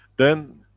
then,